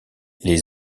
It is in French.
les